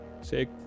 say